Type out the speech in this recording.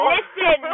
Listen